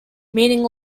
meaning